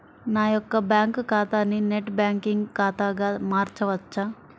నా యొక్క బ్యాంకు ఖాతాని నెట్ బ్యాంకింగ్ ఖాతాగా మార్చవచ్చా?